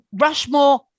Rushmore